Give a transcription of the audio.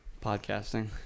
Podcasting